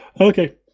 Okay